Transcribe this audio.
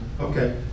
Okay